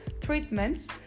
treatments